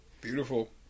Beautiful